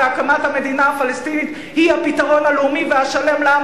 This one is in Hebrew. והקמת המדינה הפלסטינית היא הפתרון הלאומי והשלם לעם